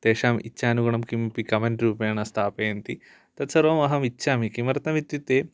तेषाम् इच्छानुगुणं किमपि कमेन्ट् रूपेण स्थापयन्ति तत् सर्वम् अहम् इच्छामि किमर्थमित्युक्ते